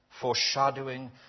foreshadowing